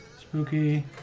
Spooky